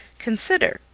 consider,